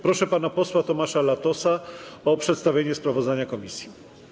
Proszę pana posła Tomasza Latosa o przedstawienie sprawozdania komisji.